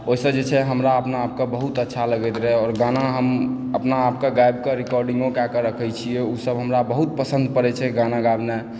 ओहिसँ जे छै हमरा अपनाआपके बहुत अच्छा लगैत रहय आओर गाना हम अपना आपगाबिकेँ रिकॉर्डिंगो कए कऽ रखै छियै ओसभ हमरा बहुत पसन्द पड़ैत छै गाना गाबयमे